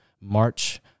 march